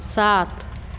सात